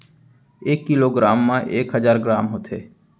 एक kilogram मा एक हजार ग्राम होथे